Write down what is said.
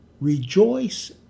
Rejoice